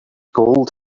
gold